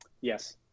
Yes